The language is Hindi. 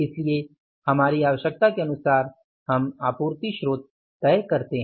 इसलिए हमारी आवश्यकता के अनुसार हम आपूर्ति स्रोत तय करते हैं